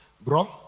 Bro